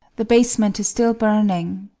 the basement is still burning.